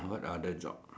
what other jobs